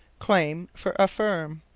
claim for affirm.